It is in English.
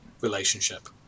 relationship